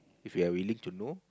if you're willing to know